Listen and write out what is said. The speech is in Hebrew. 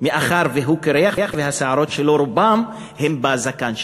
מאחר שהוא היה קירח והשערות שלו רובן הן בזקן שלו.